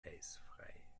eisfrei